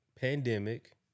pandemic